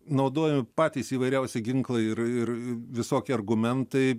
naudojami patys įvairiausi ginklai ir ir visokie argumentai